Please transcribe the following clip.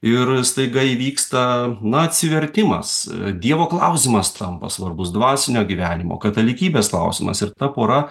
ir staiga įvyksta na atsivertimas dievo klausimas tampa svarbus dvasinio gyvenimo katalikybės klausimas ir ta pora